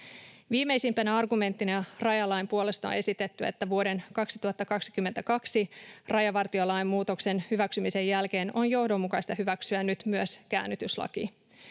Viimeisimpänä argumenttina rajalain puolesta on esitetty, että vuoden 2022 rajavartiolain muutoksen hyväksymisen jälkeen on johdonmukaista hyväksyä nyt myös käännytyslaki.